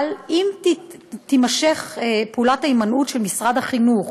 אבל אם תימשך פעולת ההימנעות של משרד החינוך